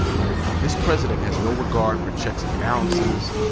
right? this president has no regard for checks and balances.